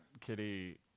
Kitty